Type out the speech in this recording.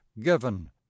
given